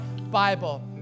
Bible